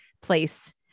place